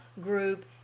group